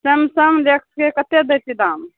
Samsung डेक्सके कते दै छियै दाम